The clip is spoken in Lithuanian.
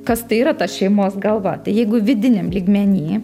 kas tai yra ta šeimos galva tai jeigu vidiniam lygmeny